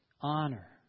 honor